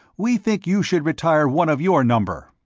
we think you should retire one of your number.